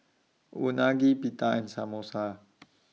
Unagi Pita and Samosa